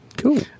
cool